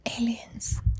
Aliens